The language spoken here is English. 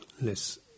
less